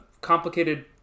complicated